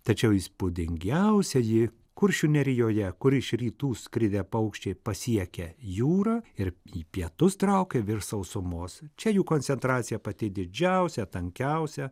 tačiau įspūdingiausia ji kuršių nerijoje kur iš rytų skridę paukščiai pasiekia jūrą ir į pietus traukia virš sausumos čia jų koncentracija pati didžiausia tankiausia